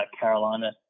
Carolina